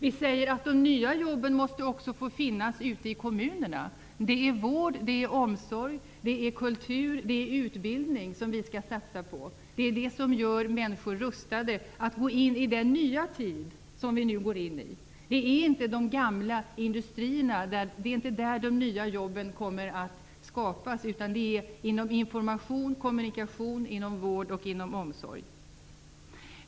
Vi säger att de nya jobben också måste få finnas ute i kommunerna. Det är vård, det är omsorg, det är kultur, det är utbildning som vi skall satsa på. Det är det som gör människor rustade att gå in i den nya tid som vi nu går in i. Det är inte i de gamla industrierna som de nya jobben kommer att skapas. Det är inom information, kommunikation, vård och omsorg.